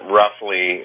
roughly